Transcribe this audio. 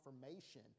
confirmation